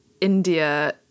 India